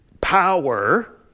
power